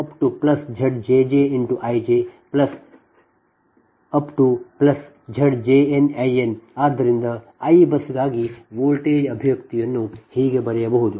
ಇಲ್ಲಿಂದ ನೀವು Ik 1ZjjZbZj1I1Zj2I2ZjjIjZjnIn ಆದ್ದರಿಂದ i ಬಸ್ಗಾಗಿ ವೋಲ್ಟೇಜ್ ಅಭಿವ್ಯಕ್ತಿಯನ್ನು ಹೀಗೆ ಬರೆಯಬಹುದು